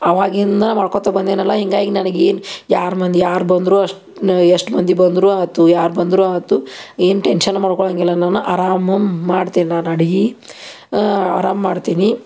ಆವಾಗಿಂದ ಮಾಡ್ಕೊತಾ ಬಂದೆನಲ್ಲ ಹೀಗಾಗಿ ನನ್ಗೇನೂ ಯಾರು ಮಂದಿ ಯಾರು ಬಂದರೂ ಅಷ್ಟೇ ಎಷ್ಟು ಮಂದಿ ಬಂದರೂ ಆಯ್ತು ಯಾರು ಬಂದರೂ ಆಯ್ತು ಏನೂ ಟೆನ್ಶನ್ ಮಾಡ್ಕೊಳ್ಳಂಗಿಲ್ಲ ನಾನು ಆರಾಮ ಮಾಡ್ತೀನಿ ನಾನು ಅಡಿಗೆ ಆರಾಮ ಮಾಡ್ತೀನಿ